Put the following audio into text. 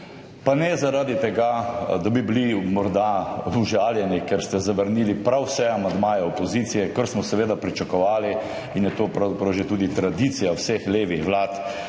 Pa ne zaradi tega, da bi bili morda užaljeni, ker ste zavrnili prav vse amandmaje opozicije, kar smo seveda pričakovali in je to pravzaprav že tudi tradicija vseh levih vlad.